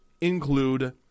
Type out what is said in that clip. include